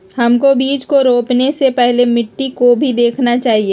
हमको बीज को रोपने से पहले मिट्टी को भी देखना चाहिए?